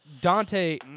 Dante